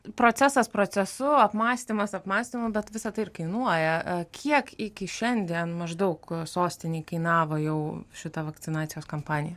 procesas procesu apmąstymas apmąstymų bet visa tai kainuoja kiek iki šiandien maždaug sostinei kainavo jau šita vakcinacijos kampanija